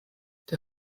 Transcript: der